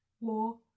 war